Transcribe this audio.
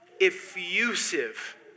effusive